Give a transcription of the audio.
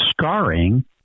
scarring